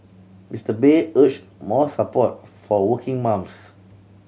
Mister Bay urged more support for working mums